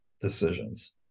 decisions